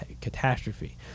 catastrophe